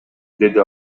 деди